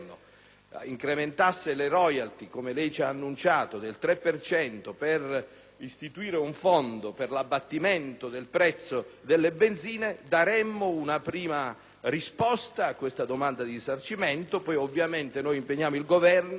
del Governo, incrementasse le *royalties,* come lei ha annunciato, del 3 per cento per istituire un fondo per l'abbattimento del prezzo delle benzine, daremmo una prima risposta a questa domanda di risarcimento. Ovviamente, poi, impegniamo il Governo